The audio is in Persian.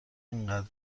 اینقدر